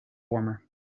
warmer